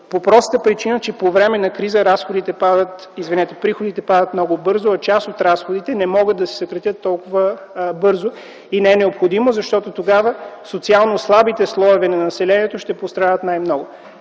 по простата причина, че по време на криза приходите падат много бързо, а част от разходите не могат да се съкратят толкова бързо и не е необходимо, защото тогава социално слабите слоеве на населението ще пострадат най-много.